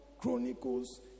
Chronicles